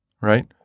right